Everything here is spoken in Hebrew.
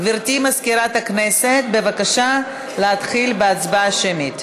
גברתי מזכירת הכנסת, בבקשה להתחיל בהצבעה שמית.